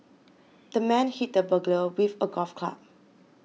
the man hit the burglar with a golf club